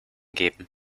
geben